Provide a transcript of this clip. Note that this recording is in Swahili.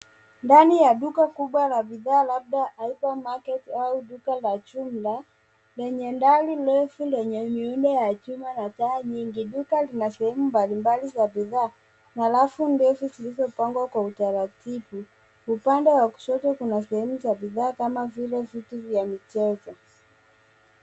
Ndani ya duka la bidhaa labda hypermarket au duka la jumla lenye dari refu lenye miundo ya chuma na taa nyingi, duka lina sehemu mbalimbali za bidhaa na rafu ndefu zilizopangwa kwa utaratibu. Upande wa kushto kuna sehemu za bidhaa kama vile vitu vya michezo.